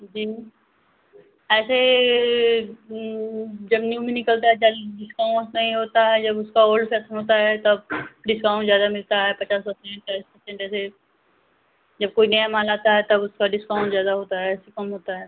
जी ऐसे जब न्यू में निकलता है जल्द डिस्काउंस नहीं होता है जब उसका ओल्ड फैसन होता है तब डिस्काउंट ज़्यादा मिलता है पचास परसेंट चालीस परसेंट ऐसे जब कोई नया माल आता है तब उसका डिस्काउंट ज़्यादा होता है ऐसे कम होता है